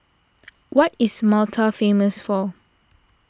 what is Malta famous for